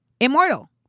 immortal